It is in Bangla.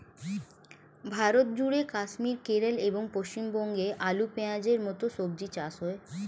ভারতজুড়ে কাশ্মীর, কেরল এবং পশ্চিমবঙ্গে আলু, পেঁয়াজের মতো সবজি চাষ হয়